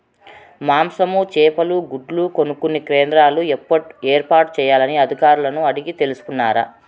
మాంసము, చేపలు, గుడ్లు కొనుక్కొనే కేంద్రాలు ఏర్పాటు చేయాలని అధికారులను అడిగి తెలుసుకున్నారా?